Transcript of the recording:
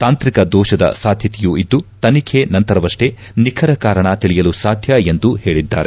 ತಾಂತ್ರಿಕ ದೋಷದ ಸಾಧ್ಯತೆಯೂ ಇದ್ದು ತನಿಖೆ ನಂತರವಷ್ಟೇ ನಿಖರ ಕಾರಣ ತಿಳಿಯಲು ಸಾಧ್ಯ ಎಂದು ಹೇಳಿದ್ದಾರೆ